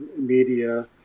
media